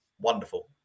wonderful